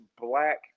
black